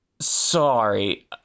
sorry